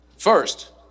First